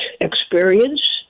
experience